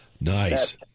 Nice